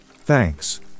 Thanks